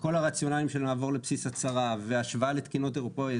וכל הרציונליים שנעבור לבסיס הצהרה והשוואה לתקינות אירופית,